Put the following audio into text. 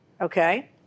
Okay